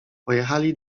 pojechali